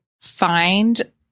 find